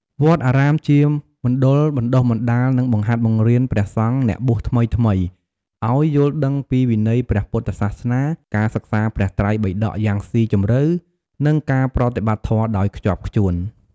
វត្តអារាមជា មណ្ឌលបណ្តុះបណ្តាល និងបង្ហាត់បង្រៀនព្រះសង្ឃអ្នកបួសថ្មីៗឲ្យយល់ដឹងពីវិន័យព្រះពុទ្ធសាសនា ការសិក្សាព្រះត្រៃបិដកយ៉ាងស៊ីជម្រៅ និងការប្រតិបត្តិធម៌ដោយខ្ជាប់ខ្ជួន។